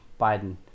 Biden